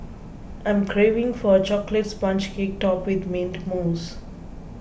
I am craving for a Chocolate Sponge Cake Topped with Mint Mousse